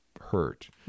hurt